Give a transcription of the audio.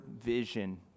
vision